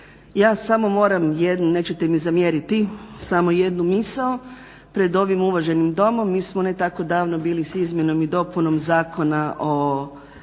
Ja samo moram jedno, nećete mi zamjeriti samo jednu misao pred ovim uvaženim Domom. Mi smo ne tako davno bili s izmjenom i dopunom Zakona o